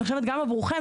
אני חושבת גם עבורכם,